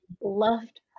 loved